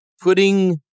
putting